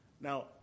Now